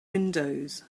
windows